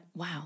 Wow